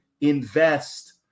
invest